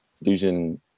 losing